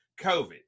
COVID